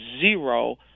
zero